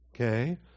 Okay